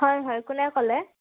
হয় হয় কোনে ক'লে